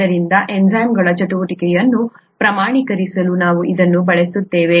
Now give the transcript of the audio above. ಆದ್ದರಿಂದ ಎನ್ಝೈಮ್ಗಳ ಚಟುವಟಿಕೆಯನ್ನು ಪ್ರಮಾಣೀಕರಿಸಲು ನಾವು ಇದನ್ನು ಬಳಸುತ್ತೇವೆ